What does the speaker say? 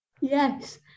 Yes